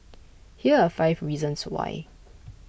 here are five reasons why